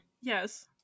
Yes